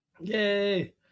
Yay